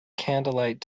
candlelight